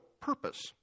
purpose